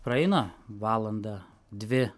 praeina valanda dvi